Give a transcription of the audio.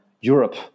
europe